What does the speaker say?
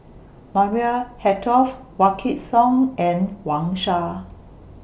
Maria Hertogh Wykidd Song and Wang Sha